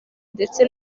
ndetse